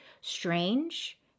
strange